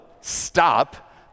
stop